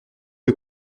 est